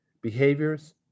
behaviors